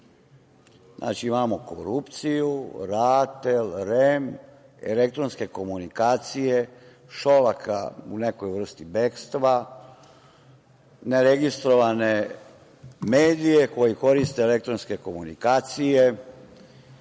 Znači, imamo korupciju, RATEL, REM, elektronske komunikacije, Šolaka u nekoj vrsti bekstva, neregistrovane medije koji koriste elektronske komunikacije